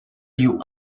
you